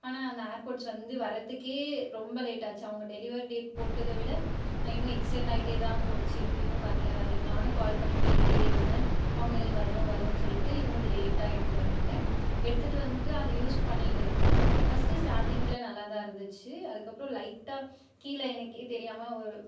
ஆனால் அந்த ஏர்போட்ஸ் வந்து வர்றதுக்கே ரொம்ப லேட் ஆச்சு அவங்க டெலிவரி டேட் போட்டதை விட இன்னும் எக்ஸ்டெண்ட் ஆயிகிட்டே தான் போச்சு இன்னும் வரலை வரலை நானும் கால் பண்ணி கேட்டுட்டே இருந்தேன் அவங்க வரும் வரும்ன்னு சொல்லிவிட்டு இன்னும் லேட்டாக எடுத்துகிட்டு வந்தாங்க எடுத்துகிட்டு வந்துட்டு அதை யூஸ் பண்ணிகிட்டு இருந்தேன் ஃபர்ஸ்ட்டு ஸ்டார்டிங்கில் நல்லா தான் இருந்துச்சு அதுக்கப்புறம் லைட்டாக கீழே எனக்கே தெரியாமல்